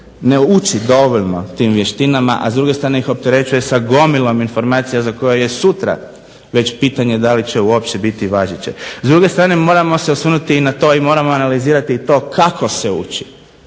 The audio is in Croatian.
ne uči dovoljno tim vještinama, a s druge strane ih opterećuje s gomilom informacija za koje je sutra već pitanje da li će uopće biti važeće. S druge strane moramo se osvrnuti i na to i moramo analizirati i to kako se uči,